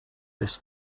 this